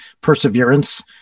perseverance